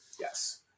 Yes